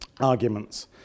arguments